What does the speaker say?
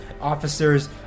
officer's